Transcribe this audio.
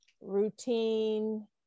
routine